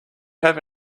have